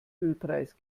ölpreis